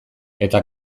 eta